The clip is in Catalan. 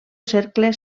cercle